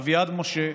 אביעד משה,